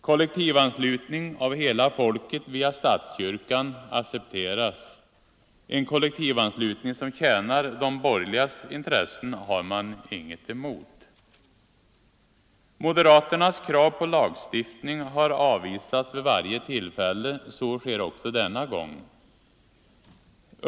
Kollektivanslutning av hela folket via statskyrkan accepteras. En kollektivanslutning som tjänar de borgerligas intressen har man inget emot. Moderaternas krav på lagstiftning har avvisats vid varje tillfälle — så sker också denna gång.